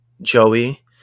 Joey